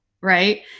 right